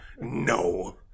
no